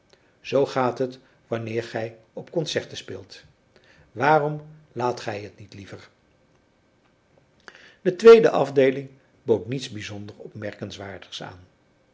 zoo gaat het wanneer gij op concerten speelt waarom laat gij het niet liever de tweede afdeeling bood niets bijzonder opmerkenswaardigs aan